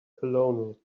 colonel